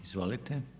Izvolite.